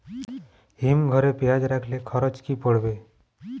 হিম ঘরে পেঁয়াজ রাখলে খরচ কি পড়বে?